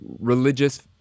religious